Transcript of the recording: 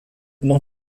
noch